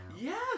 Yes